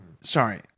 sorry